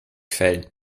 fällen